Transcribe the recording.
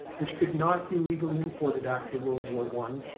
which could not be legally imported after world war one,